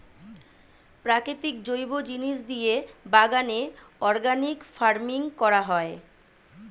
প্রাকৃতিক জৈব জিনিস দিয়ে বাগানে অর্গানিক ফার্মিং করা হয়